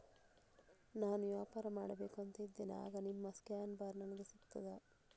ನಾನು ವ್ಯಾಪಾರ ಮಾಡಬೇಕು ಅಂತ ಇದ್ದೇನೆ, ಆಗ ನಿಮ್ಮ ಸ್ಕ್ಯಾನ್ ಬಾರ್ ನನಗೆ ಸಿಗ್ತದಾ?